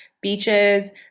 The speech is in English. beaches